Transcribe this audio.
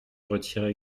retire